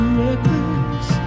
reckless